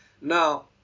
Now